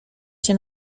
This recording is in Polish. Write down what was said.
się